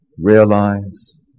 realize